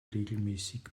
regelmäßig